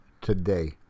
today